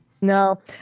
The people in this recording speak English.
No